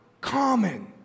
common